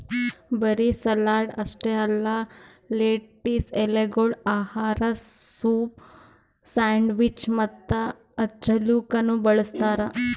ಬರೀ ಸಲಾಡ್ ಅಷ್ಟೆ ಅಲ್ಲಾ ಲೆಟಿಸ್ ಎಲೆಗೊಳ್ ಆಹಾರ, ಸೂಪ್, ಸ್ಯಾಂಡ್ವಿಚ್ ಮತ್ತ ಹಚ್ಚಲುಕನು ಬಳ್ಸತಾರ್